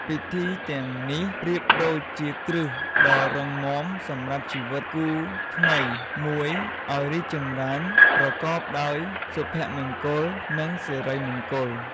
ពិធីទាំងនេះប្រៀបដូចជាគ្រឹះដ៏រឹងមាំសម្រាប់ជីវិតគូថ្មីមួយឲ្យរីកចម្រើនប្រកបដោយសុភមង្គល និងសិរីមង្គល។